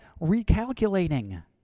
Recalculating